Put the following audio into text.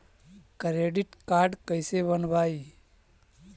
Credit card कैसे बनवाई?